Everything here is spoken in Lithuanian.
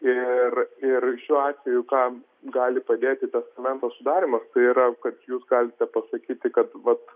ir ir šiuo atveju kam gali padėti testamento sudarymas tai yra kad jūs galite pasakyti kad vat